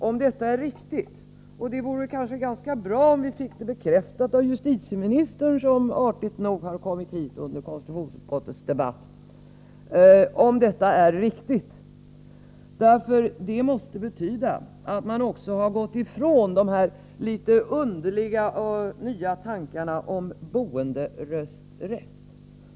Om detta är riktigt — och det vore bra om vi fick det bekräftat av justitieministern, som artigt nog har kommit hit under konstitutionsutskottets debatt — betyder det att man har gått ifrån de litet underliga och nya tankarna om boenderösträtt.